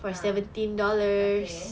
ah okay